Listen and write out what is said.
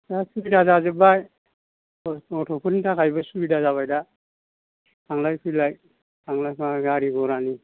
दा सुबिदा जाजोबबाय गथ'फोरनि थाखायबो सुबिदा जाबाय दा थांलाय फैलाय गारि गरानि